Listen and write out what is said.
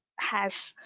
has